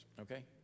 okay